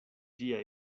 ĝia